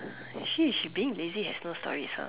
actually if she being lazy is no story itself